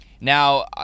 Now